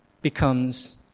becomes